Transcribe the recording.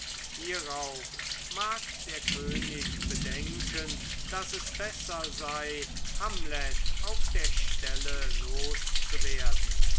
hierauf mag der könig bedenken daß es besser sei hamlet auf der stelle loszuwerden